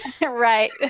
Right